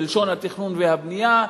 בלשון התכנון והבנייה,